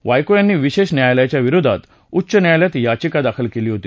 वायको यांनी विशेष न्यायालयाच्या विरोधात उच्च न्यायालयात याचिका दाखल केली होती